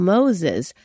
Moses